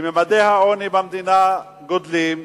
שממדי העוני במדינה גדלים,